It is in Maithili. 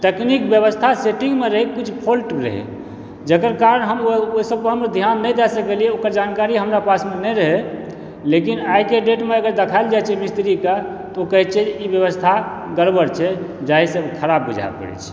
टेकनिक व्यवस्था सेटिङ्ग मे रहै कुछ फॉल्ट रहै जकर कारण हम ओइ सबके हम ध्यान नै दए सकलियै ओकर जानकारी हमरा पासमे नै रहै लेकिन आइके डेट मे अगर देखायलऽ जाय छै मिस्त्रीके तऽ ओ कहै छै ई व्यवस्था गड़बड़ छै जाहिसऽ ऊ खराब बुझाय पड़ै छै